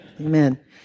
Amen